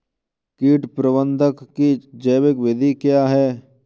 कीट प्रबंधक की जैविक विधि क्या है?